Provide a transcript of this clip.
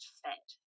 fit